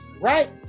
Right